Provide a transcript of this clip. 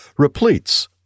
repletes